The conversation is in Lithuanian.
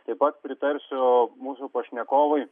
taip pat pritarsiu mūsų pašnekovui